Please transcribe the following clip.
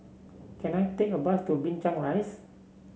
can I take a bus to Binchang Rise